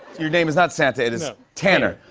your name is not santa. it is tanner.